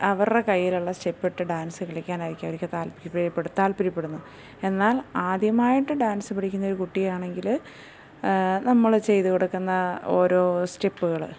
അവരുടെ കയ്യിലുള്ള സ്റ്റെപ്പ് ഇട്ട് ഡാൻസ് കളിക്കാനായിരിക്കും അവർക്ക് താൽപര്യപ്പെടുന്നത് എന്നാൽ ആദ്യമായിട്ട് ഡാൻസ് പഠിക്കുന്ന ഒരു കുട്ടിയാണെങ്കിൽ നമ്മൾ ചെയ്തു കൊടുക്കുന്ന ഒരോ സ്റ്റെപ്പുകൾ